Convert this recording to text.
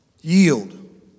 Yield